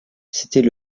c’était